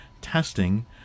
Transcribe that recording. Testing